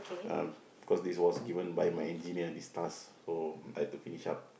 uh because this was given by my engineer this task so I have to finish up